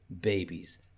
babies